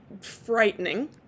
frightening